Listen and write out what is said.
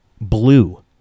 blue